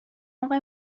آقای